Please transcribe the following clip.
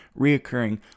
reoccurring